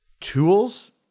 tools